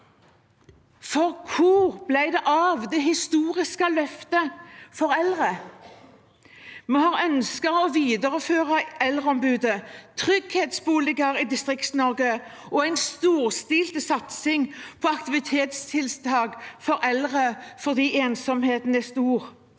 Hvor ble det av det historiske løftet for eldre? Vi har ønsket å videreføre eldreombudet, trygghetsboliger i Distrikts-Norge og en storstilt satsing på aktivitetstiltak for eldre, fordi ensomheten er stor.